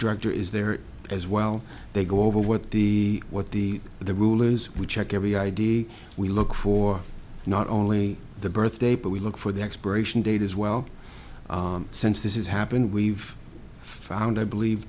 director is there as well they go over what the what the the rule is we check every id we look for not only the birth date but we look for the expiration date as well since this is happened we've found i believe